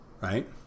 right